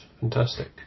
Fantastic